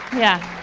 yeah.